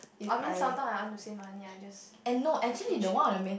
I mean sometime I want to save money I just eat cheaper